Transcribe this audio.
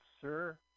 Sir